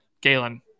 Galen